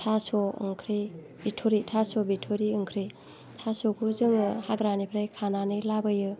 थास' ओंख्रि बिथ'रि थास' बिथ'रि ओंख्रि थास'खौ जोङो हाग्रानिफ्राय खानानै लाबोयो